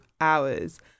hours